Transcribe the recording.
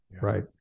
Right